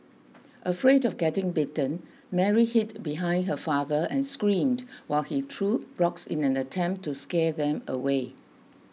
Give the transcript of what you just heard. afraid of getting bitten Mary hid behind her father and screamed while he threw rocks in an attempt to scare them away